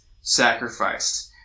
sacrificed